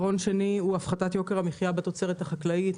הפחתת יוקר המחיה בתוצרת החקלאית.